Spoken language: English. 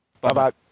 Bye-bye